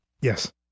Yes